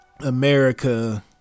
america